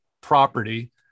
property